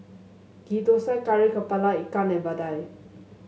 Ghee Thosai Kari kepala Ikan and vadai